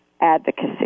advocacy